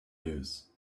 news